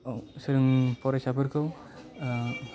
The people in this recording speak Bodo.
जों फरायसाफोरखौ